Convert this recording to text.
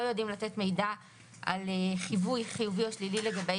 לא יודעים לתת מידע על חיווי חיובי או שלילי לגבי